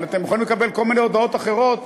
אבל אתם יכולים לקבל כל מיני הודעות אחרות,